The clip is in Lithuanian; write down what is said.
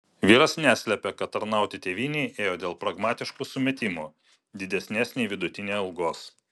vyras neslepia kad tarnauti tėvynei ėjo dėl pragmatiškų sumetimų didesnės nei vidutinė algos